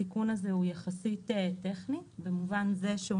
התיקון הזה הוא יחסית טכני במובן זה שהוא